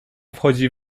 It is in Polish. wchodzi